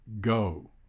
go